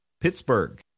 Pittsburgh